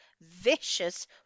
vicious